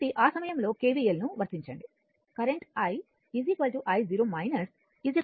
కాబట్టి ఆ సమయంలో KVL ను వర్తించండి కరెంట్ i i i0 అని అనుకుందాం